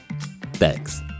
Thanks